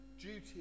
duty